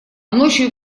ночью